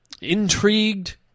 intrigued